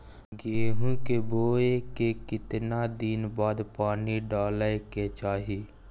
गेहूं के बोय के केतना दिन बाद पानी डालय के चाही?